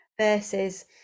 versus